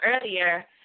earlier